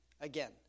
again